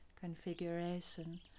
configuration